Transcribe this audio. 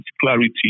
clarity